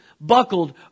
Buckled